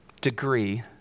degree